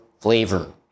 flavor